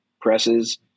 presses